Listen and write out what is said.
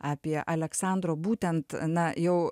apie aleksandro būtent na jau